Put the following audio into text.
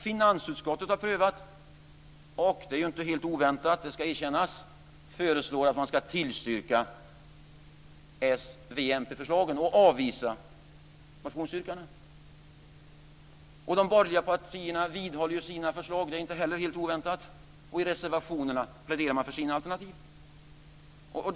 Finansutskottet har prövat det och föreslår inte helt oväntat - det ska erkännas - att man ska tillstyrka s-, v och mpförslagen och avvisa motionsyrkandena. De borgerliga partierna vidhåller inte heller helt oväntat sina förslag, och i reservationerna pläderar de för sina alternativ.